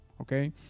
Okay